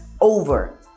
over